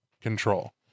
control